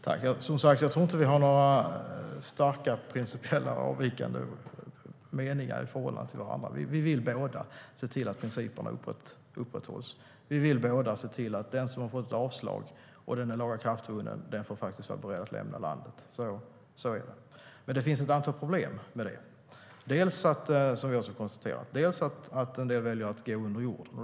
Herr talman! Som sagt, jag tror inte att vi har några starka, principiella avvikande meningar i förhållande till varandra. Vi vill båda se till att principerna upprätthålls. Vi vill båda se till att den som har fått avslag genom ett lagakraftvunnet beslut ska vara beredd att lämna landet. Så är det. Men det finns ett antal problem. En del väljer att gå under jorden.